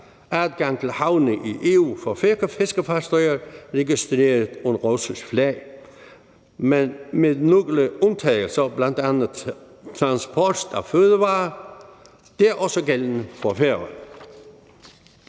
al adgang til havne i EU for fiskefartøjer registreret under russisk flag – med nogle undtagelser, bl.a. transport af fødevarer. Det er også gældende for